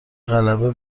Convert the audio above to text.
غلبه